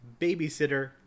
babysitter